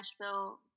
Nashville